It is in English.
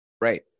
Right